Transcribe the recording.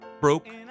Broke